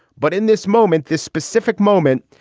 but in this moment, this specific moment.